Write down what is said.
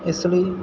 ਇਸ ਲਈ